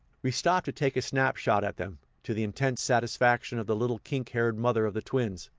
we stopped to take a snap-shot at them, to the intense satisfaction of the little kink-haired mother of the twins,